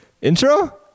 intro